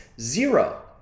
Zero